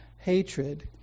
hatred